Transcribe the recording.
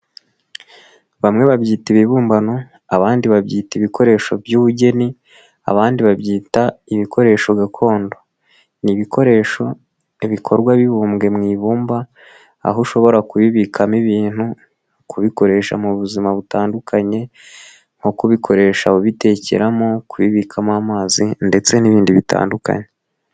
Bamwe babyita ibibumbano, abandi babyita ibikoresho by'ubugeni, abandi babyita ibikoresho gakondo ni ibikoresho ibikorwa bibumbwe mu ibumba aho ushobora kubibikamo ibintu kubikoresha mu buzima butandukanye nko kubikoresha ubitekeramo, kubibikamo amazi ndetse n'ibindi bitandukanye.